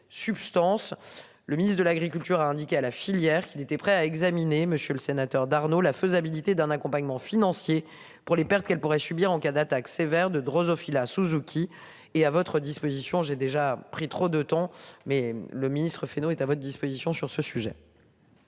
Le ministre de l'Agriculture a indiqué à la filière qu'il était prêt à examiner, monsieur le sénateur d'Arnaud. La faisabilité d'un accompagnement financier pour les pertes qu'elle pourrait subir en cas d'attaque sévère de Drosophila Suzuki est à votre disposition, j'ai déjà pris trop de temps mais le ministre-Fesneau est à votre disposition sur ce sujet.